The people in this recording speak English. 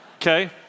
Okay